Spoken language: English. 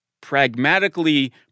pragmatically